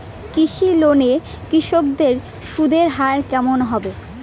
কৃষি লোন এ কৃষকদের সুদের হার কেমন হবে?